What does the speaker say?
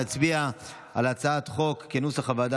נצביע על הצעת חוק כנוסח הוועדה,